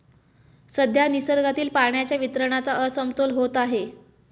सध्या निसर्गातील पाण्याच्या वितरणाचा असमतोल होत आहे